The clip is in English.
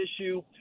issue